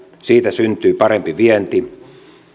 siitä syntyy parempi vienti